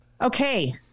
Okay